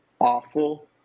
awful